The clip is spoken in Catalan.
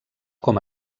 com